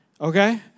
okay